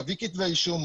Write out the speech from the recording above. מביא כתבי אישום,